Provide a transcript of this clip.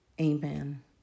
Amen